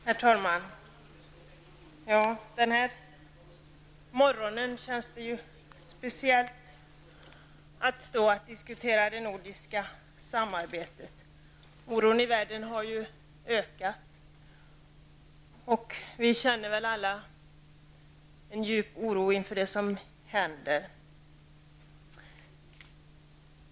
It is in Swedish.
Herr talman! Den här morgonen känns det litet speciellt att stå och diskutera nordiskt samarbete. Oron i världen har ju ökat, och vi känner väl alla en djup oro inför det som händer.